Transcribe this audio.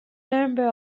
number